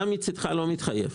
אתה לא מתחייב.